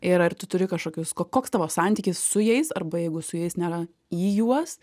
ir ar tu turi kažkokius ko koks tavo santykis su jais arba jeigu su jais nėra į juos